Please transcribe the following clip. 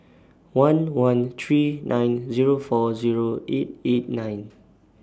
one one three nine Zero four Zero eight eight nine